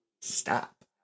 Stop